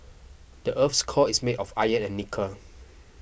the earth's core is made of iron and nickel